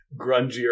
grungier